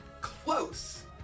close